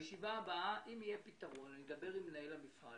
אם בישיבה הבאה יהיה פתרון - אני אדבר עם מנהל המפעל